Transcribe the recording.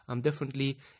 differently